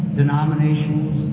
denominations